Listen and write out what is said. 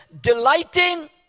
delighting